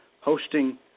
hosting